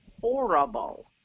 horrible